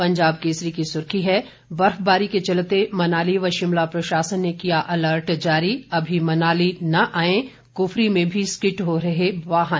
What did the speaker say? पंजाब केसरी की सुर्खी है बर्फबारी के चलते मनाली व शिमला प्रशासन ने किया अलर्ट जारी अभी मनाली न आएं कुफरी में भी स्किड हो रहे वाहन